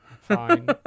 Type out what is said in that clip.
fine